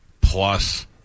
plus